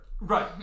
Right